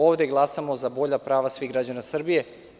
Ovde glasamo za bolja prava svih građana Srbije.